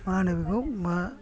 मा होनो बेखौ मा